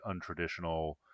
untraditional